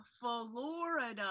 Florida